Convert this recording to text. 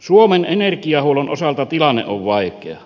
suomen energiahuollon osalta tilanne on vaikea